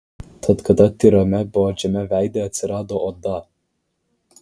tad kada tyrame beodžiame veide atsirado oda